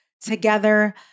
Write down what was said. together